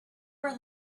were